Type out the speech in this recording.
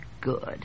Good